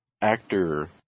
actor